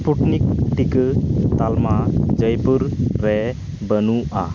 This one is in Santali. ᱥᱯᱩᱴᱱᱤᱠ ᱴᱤᱠᱟᱹ ᱛᱟᱞᱢᱟ ᱡᱚᱭᱯᱩᱨ ᱨᱮ ᱵᱟᱹᱱᱩᱜᱼᱟ